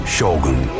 Shogun